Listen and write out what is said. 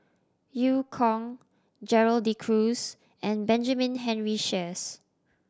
Eu Kong Gerald De Cruz and Benjamin Henry Sheares